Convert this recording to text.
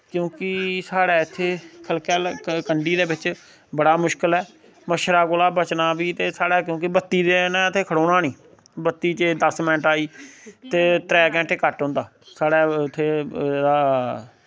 क्योंकि साढ़ै इत्थें खल्कै कंढी दै बिच्च बड़ा मुश्कल ऐ मच्छरै कोला बचना बी ते साढ़ै क्योंकि बत्ती नै ते इत्थें खड़ोना नी बत्ती जे दस मैन्ट आई ते त्रै घैंटे कट्ट होंदा साढ़ै इत्थें